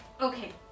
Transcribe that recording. okay